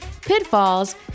pitfalls